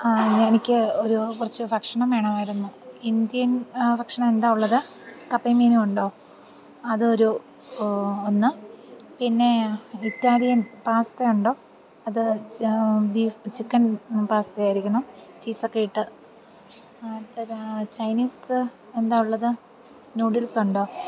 ആ എനിക്ക് ഒരു കുറച്ച് ഭക്ഷണം വേണമായിരുന്നു ഇന്ത്യൻ ഭക്ഷണം എന്താ ഉള്ളത് കപ്പയും മീനും ഉണ്ടോ അതൊരു ഒന്ന് പിന്നെ ഇറ്റാലിയൻ പാസ്ത ഉണ്ടോ അത് ചാ ബി ചിക്കൻ പാസ്തയായിരിക്കണം ചീസൊക്കെ ഇട്ട് അടുത്തത് ചൈനീസ് എന്താ ഉള്ളത് ന്യൂഡിൽസുണ്ടോ